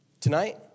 Tonight